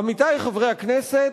עמיתי חברי הכנסת,